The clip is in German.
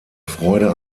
freude